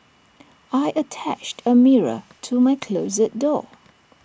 I attached A mirror to my closet door